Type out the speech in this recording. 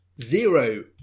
Zero